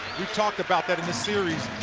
we talked about that in this series.